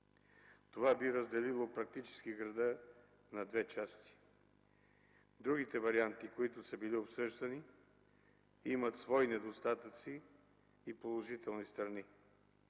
Това би разделило практически града на две части. Другите варианти, които са били обсъждани, имат свои недостатъци и положителни страни.